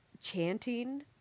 chanting